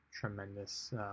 tremendous